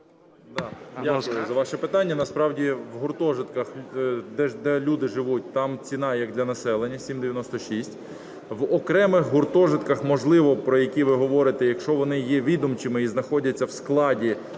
Дякую за ваше питання. Насправді в гуртожитках, де люди живуть, там ціна як для населення 7,96, в окремих гуртожитках, можливо, про які ви говорите, якщо вони є відомчими і знаходяться в складі